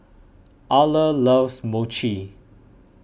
Arla loves Mochi